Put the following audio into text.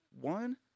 One